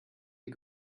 ihr